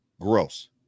gross